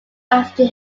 after